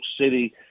City